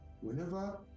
whenever